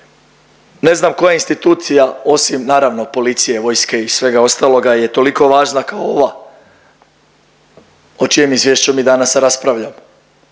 Ne znam koja institucija osim naravno policije, vojske i svega ostaloga je toliko važna kao ova o čijem izvješću mi danas raspravljamo